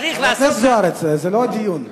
חברת הכנסת זוארץ, זה לא דיון אתך.